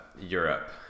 Europe